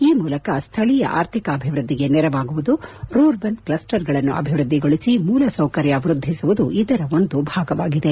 ಆ ಮೂಲಕ ಸ್ಥಳೀಯ ಆರ್ಥಿಕಾಭಿವೃದ್ಧಿಗೆ ನೆರವಾಗುವುದು ರೂರ್ಬನ್ ಕ್ಷಸ್ಟರ್ಗಳನ್ನು ಅಭಿವೃದ್ಧಿಗೊಳಿಸಿ ಮೂಲ ಸೌಕರ್ಯ ವೃದ್ಧಿಸುವುದು ಇದರ ಒಂದು ಭಾಗವಾಗಿದೆ